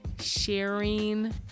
sharing